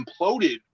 imploded